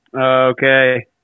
Okay